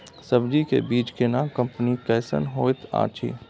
सब्जी के बीज केना कंपनी कैसन होयत अछि?